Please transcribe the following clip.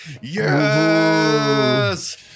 Yes